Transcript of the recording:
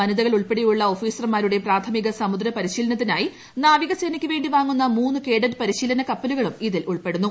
വനിതകൾ ഉൾപ്പെടെയുള്ള ഓഫീസ്ർമാരുടെ പ്രാഥമിക സമുദ്ര പരിശീലനത്തിനായി നാവികസ്ശേനിയ്ക്ക് വേണ്ടി വാങ്ങുന്ന മൂന്ന് കേഡറ്റ് പരിശീലന കപ്പലുകളു് ് ഇതിൽ ഉൾപ്പെടുന്നു